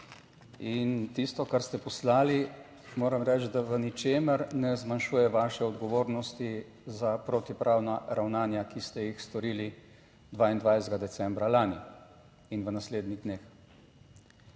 In tisto kar ste poslali, moram reči, da v ničemer ne zmanjšuje vaše odgovornosti za protipravna ravnanja, ki ste jih storili 22. decembra lani in v naslednjih dneh.